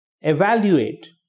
evaluate